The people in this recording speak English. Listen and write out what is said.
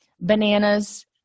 bananas